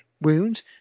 wound